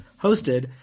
hosted